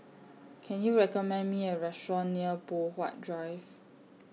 Can YOU recommend Me A Restaurant near Poh Huat Drive